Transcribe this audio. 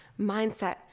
mindset